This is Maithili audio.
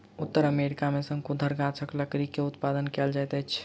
उत्तर अमेरिका में शंकुधर गाछक लकड़ी के उत्पादन कायल जाइत अछि